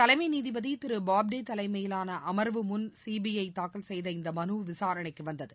தலைமை நீதிபதி திரு போப்டே தலைமையிலான அமர்வு முன் சிபிஐ தாக்கல் செய்த இந்த மலு விசாரணைக்கு வந்தது